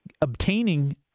obtaining